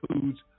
foods